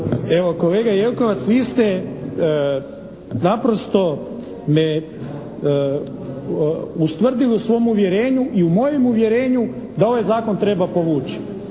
Evo, kolega Jelkovac vi ste naprosto me, ustvrdili u svom uvjerenju i u mojem uvjerenju da ovaj zakon treba povući